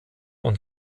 und